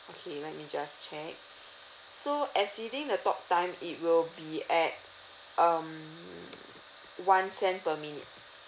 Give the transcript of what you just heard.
okay let me just check so exceeding the talk time it will be at um one cent per minute